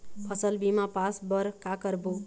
फसल बीमा पास बर का करबो?